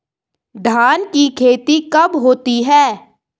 धान की खेती कब होती है?